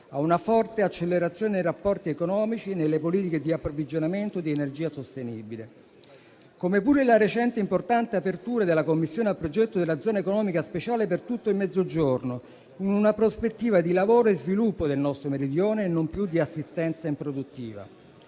a una forte accelerazione nei rapporti economici e nelle politiche di approvvigionamento di energia sostenibile. Così pure la recente importante apertura della Commissione al progetto della zona economica speciale per tutto il Mezzogiorno, in una prospettiva di lavoro e sviluppo del nostro meridione, non più di assistenza improduttiva.